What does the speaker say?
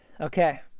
Okay